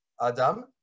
Adam